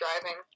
driving